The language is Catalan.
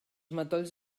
matolls